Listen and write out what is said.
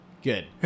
good